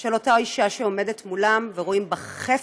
של אותה אישה שעומדת מולם ורואים בה חפץ.